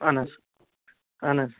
اَہَن حظ اَہَن حظ